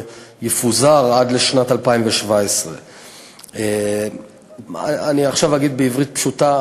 שיפוזר עד שנת 2017. עכשיו אני אגיד בעברית פשוטה.